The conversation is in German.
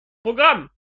programm